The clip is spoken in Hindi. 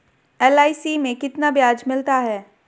एल.आई.सी में कितना ब्याज मिलता है?